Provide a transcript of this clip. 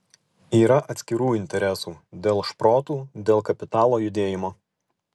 yra atskirų interesų dėl šprotų dėl kapitalo judėjimo